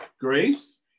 Grace